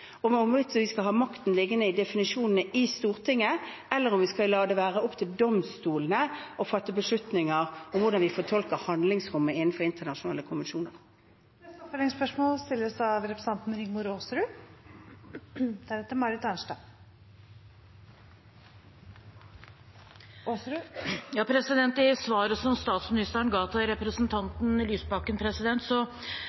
vi skal ha makten liggende i Stortingets definisjoner, eller om vi skal la det være opp til domstolene å fatte beslutninger om hvordan vi fortolker handlingsrommet innenfor internasjonale konvensjoner. Rigmor Aasrud – til oppfølgingsspørsmål. I svaret som statsministeren ga til representanten